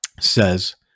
Says